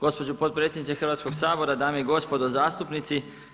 Gospođo potpredsjednice Hrvatskog sabora, dame i gospodo zastupnici.